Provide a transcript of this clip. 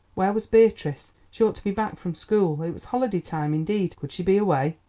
where was beatrice? she ought to be back from school. it was holiday time indeed. could she be away?